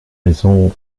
maisons